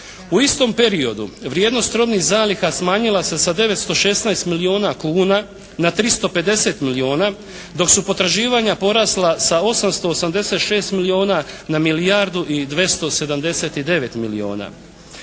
U istom periodu vrijednost robnih zaliha smanjila sa 916 milijuna kuna na 350 milijuna, dok su potraživanja porasla sa 886 milijuna na milijardu i 279 milijuna.